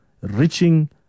reaching